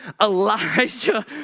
Elijah